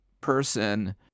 person